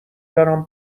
برام